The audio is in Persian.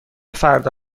فردا